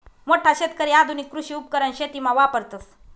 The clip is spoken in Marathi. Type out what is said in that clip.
मोठा शेतकरी आधुनिक कृषी उपकरण शेतीमा वापरतस